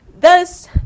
Thus